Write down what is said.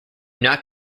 not